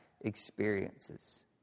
experiences